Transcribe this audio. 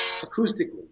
acoustically